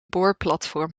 boorplatform